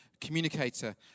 communicator